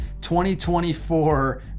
2024